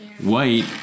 White